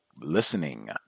listening